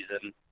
season